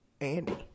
Andy